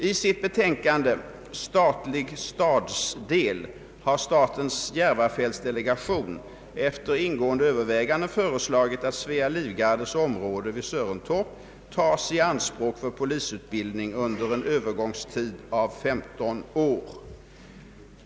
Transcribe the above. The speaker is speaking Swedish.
I sitt betänkande Statlig stadsdel har statens Järvafältsdelegation efter ingående överväganden föreslagit att Svea livgardes område vid Sörentorp tas i anspråk för polisutbildning under en övergångstid av 15 år.